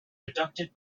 conducted